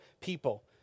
people